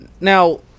Now